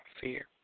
fear